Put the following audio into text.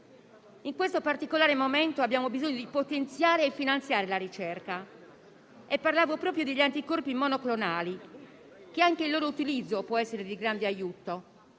In questo particolare momento abbiamo bisogno di potenziare e finanziare la ricerca. Mi riferisco proprio agli anticorpi monoclonali, il cui utilizzo può essere di grande aiuto.